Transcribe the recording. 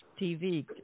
TV